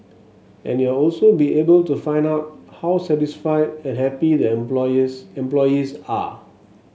and you'd also be able to find out how satisfied and happy the employees employees are